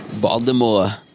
Baltimore